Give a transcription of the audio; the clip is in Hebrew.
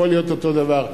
יכול להיות אותו דבר.